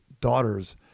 daughters